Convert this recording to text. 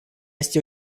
este